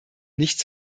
nicht